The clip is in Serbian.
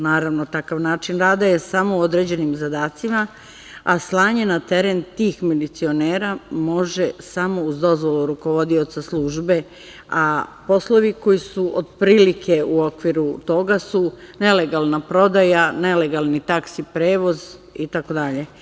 Naravno takav način rada je samo u određenim zadacima, a slanje na teren tih milicionera može samo uz dozvolu rukovodioca službe, a poslovi koji su otprilike u okviru toga su nelegalna prodaja, nelegalni taksi prevoz i tako dalje.